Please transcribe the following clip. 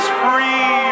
free